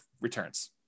returns